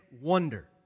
wonder